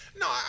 No